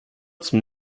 zum